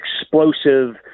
explosive